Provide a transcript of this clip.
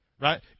Right